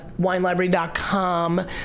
WineLibrary.com